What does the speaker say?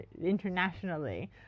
internationally